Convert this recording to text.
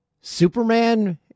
Superman